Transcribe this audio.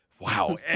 Wow